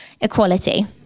equality